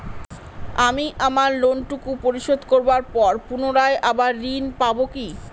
আমি আমার লোন টুকু পরিশোধ করবার পর পুনরায় আবার ঋণ পাবো কি?